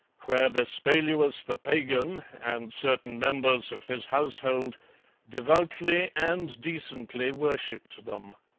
where vespaluus the pagan and certain members of his household devoutly and decently worshipped them.